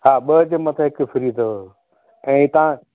हा ॿ जे मथां हिक फ़्री अथव ऐं तव्हां